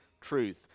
truth